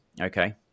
okay